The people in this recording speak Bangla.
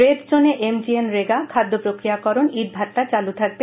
রেড জোনে এম জি এন রেগা খাদ্য প্রক্রিয়াকরণ ইটভাটা চালু থাকবে